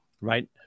right